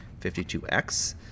52x